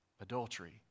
Adultery